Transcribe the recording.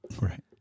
Right